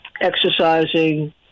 exercising